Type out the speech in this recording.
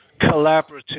collaborative